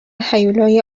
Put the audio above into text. هیولای